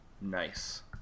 Nice